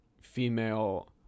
female